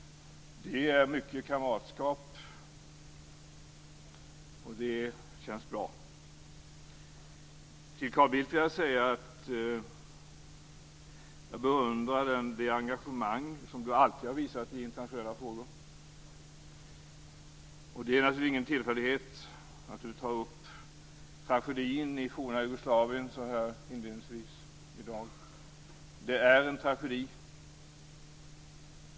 Det är mycket kamratskap. Det känns bra. Jag beundrar det engagemang som Carl Bildt alltid har visat i internationella frågor. Det är naturligtvis ingen tillfällighet att du inledningsvis tog upp frågan om tragedin i forna Jugoslavien. Det är en tragedi.